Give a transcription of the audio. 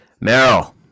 Meryl